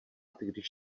když